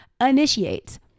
initiates